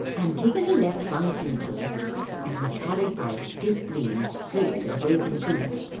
antigone left funn funerals and was carried by a stiff breeze straight to the broken tooth,